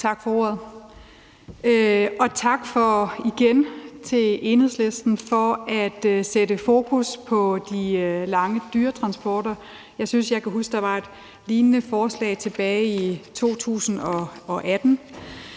Tak for ordet, og igen tak til Enhedslisten for at sætte fokus på de lange dyretransporter. Jeg mener, jeg kan huske, at der var et lignende forslag tilbage i 2018.